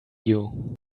you